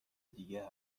دیگه